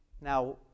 Now